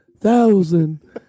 thousand